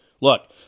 Look